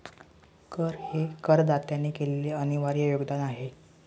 कर हे करदात्याने केलेले अनिर्वाय योगदान आहे